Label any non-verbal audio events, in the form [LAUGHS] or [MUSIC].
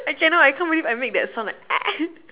I cannot I can't believe I made that sound like argh [LAUGHS]